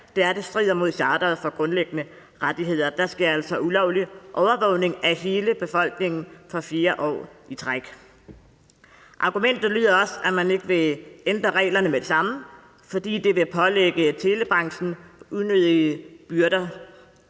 er, at det strider mod charteret for grundlæggende rettigheder. Der sker altså ulovlig overvågning af hele befolkningen for fjerde år i træk. Argumentet lyder også, at man ikke vil ændre reglerne med det samme, fordi det vil pålægge telebranchen unødige byrder.